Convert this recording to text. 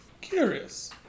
Curious